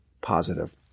positive